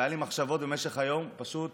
והיו לי מחשבות במשך היום פשוט